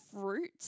fruit